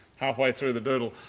halfway through the doodle.